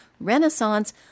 renaissance